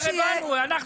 אנחנו